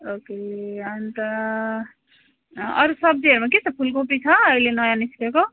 okay अन्त अरू सब्जीहरूमा के छ फुलकोपी छ अहिले नयाँ निस्केको